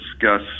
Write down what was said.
discuss